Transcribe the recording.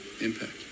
impact